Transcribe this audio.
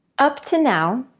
up to now,